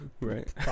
right